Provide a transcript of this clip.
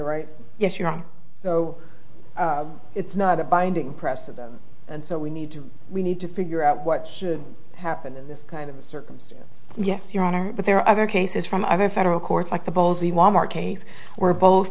right yes you're wrong so it's not a binding precedent and so we need to we need to figure out what should happen in this kind of circumstance yes your honor but there are other cases from other federal courts like the polls we want our case we're both